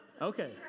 Okay